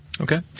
Okay